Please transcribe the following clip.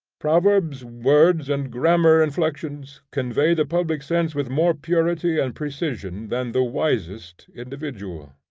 proverbs, words, and grammar-inflections convey the public sense with more purity and precision than the wisest individual.